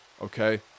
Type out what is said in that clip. okay